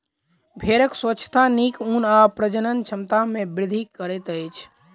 भेड़क स्वच्छता नीक ऊन आ प्रजनन क्षमता में वृद्धि करैत अछि